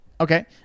Okay